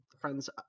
friends